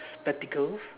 spectacles